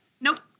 Nope